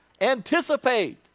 anticipate